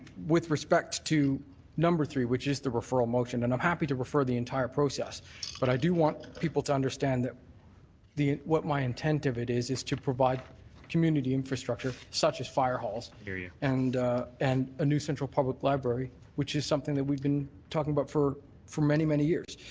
with respect to number three which is the referral motion, and i'm happy to refer the entire process but i do want people to understand that what my intent of it is is to provide community infrastructure such as fire halls yeah and and a new central public library which is something that we've been talking about for for many, many years.